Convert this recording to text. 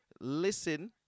listen